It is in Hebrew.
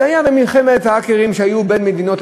זו מלחמת האקרים בין מדינות,